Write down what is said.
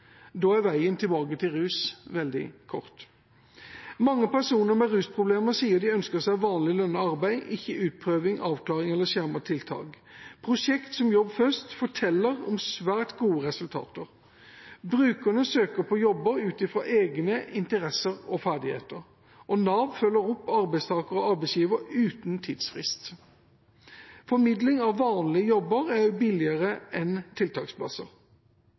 Da er veien tilbake til rus veldig kort. Mange personer med rusproblemer sier de ønsker seg vanlig, lønnet arbeid – ikke utprøving, avklaring eller skjermede tiltak. Prosjekt som Jobb først forteller om svært gode resultater. Brukerne søker på jobber ut ifra egne interesser og ferdigheter, og Nav følger opp arbeidstaker og arbeidsgiver uten tidsfrist. Formidling av vanlige jobber er også billigere enn tiltaksplasser.